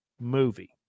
movie